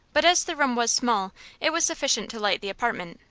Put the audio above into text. but as the room was small it was sufficient to light the apartment.